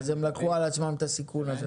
אז הם לקחו על עצמם את הסיכון הזה.